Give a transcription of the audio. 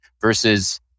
versus